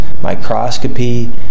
microscopy